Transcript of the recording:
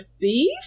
Thief